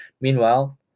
Meanwhile